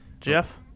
Jeff